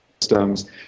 systems